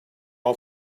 all